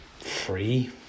Free